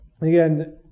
again